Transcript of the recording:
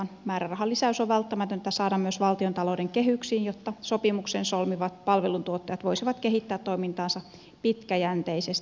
määrärahan lisäys on välttämätöntä saada myös valtiontalouden kehyksiin jotta sopimuksen solmivat palveluntuottajat voisivat kehittää toimintaansa pitkäjänteisesti